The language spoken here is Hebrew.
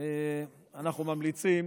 אנחנו ממליצים